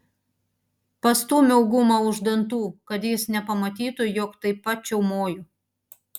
pastūmiau gumą už dantų kad jis nepamatytų jog taip pat čiaumoju